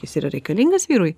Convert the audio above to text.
jis yra reikalingas vyrui